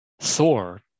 Thor